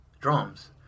drums